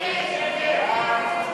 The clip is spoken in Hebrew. נא להצביע.